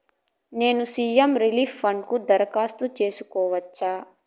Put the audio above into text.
నేను CM relief fund కు దరఖాస్తు సేసుకోవచ్చా?